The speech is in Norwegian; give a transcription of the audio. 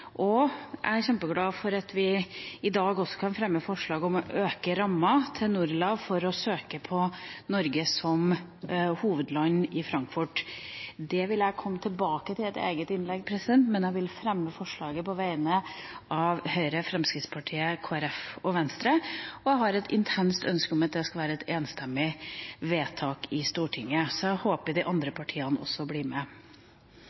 for at vi i dag kan fremme forslag om å øke ramma til NORLA for å søke på Norge som hovedland i Frankfurt. Det vil jeg komme tilbake til i et eget innlegg, men jeg vil fremme forslaget på vegne av Høyre, Fremskrittspartiet, Kristelig Folkeparti og Venstre, og har et intenst ønske om at det skal være et enstemmig vedtak i Stortinget. Jeg håper de andre partiene blir med.